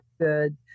good